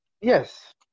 yes